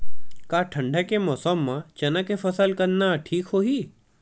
का ठंडा के मौसम म चना के फसल करना ठीक होही?